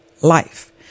life